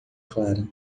clara